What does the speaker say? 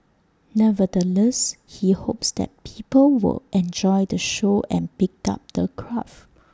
nevertheless he hopes that people will enjoy the show and pick up the craft